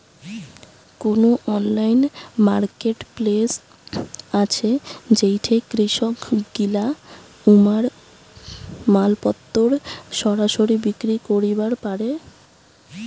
কুনো online marketplace আছে যেইঠে কৃষকগিলা উমার মালপত্তর সরাসরি বিক্রি করিবার পারে?